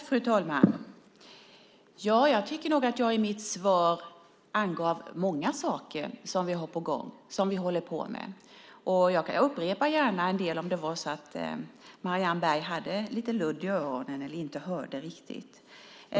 Fru talman! Jag tycker nog att jag i mitt svar angav många saker som vi har på gång, som vi håller på med. Jag kan gärna upprepa en del om Marianne Berg hade lite ludd i öronen eller inte hörde riktigt.